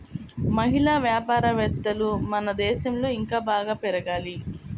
మహిళా వ్యాపారవేత్తలు మన దేశంలో ఇంకా బాగా పెరగాలి